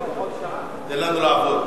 תן לנו לעבוד.